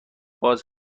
باز